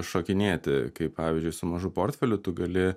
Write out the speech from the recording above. šokinėti kaip pavyzdžiui su mažu portfeliu tu gali